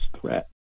threat